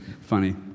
funny